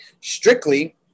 strictly